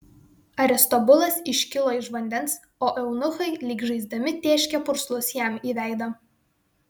aristobulas iškilo iš vandens o eunuchai lyg žaisdami tėškė purslus jam į veidą